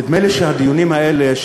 נדמה לי שהדיונים האלה,